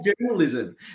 journalism